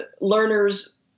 learners